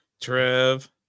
Trev